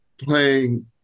playing